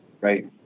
Right